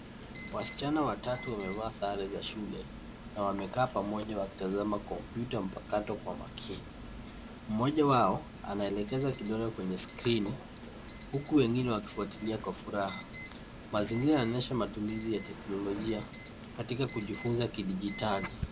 Wasichana watatu wamevaa sare za shule na wamekaa pamoja wakitazama kompyuta mpakato kwa makini. Mmoja wao anaelekeza kidole kwenye skrini huku wengine wakifuatilia kwa furaha. Mazingira yanainyesha matumizi ya teknolojia katika kujifunza kidijitali.